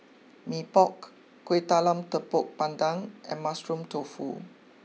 Mee Pok Kuih Talam Tepong Pandan and Mushroom Tofu